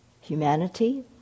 humanity